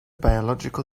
biological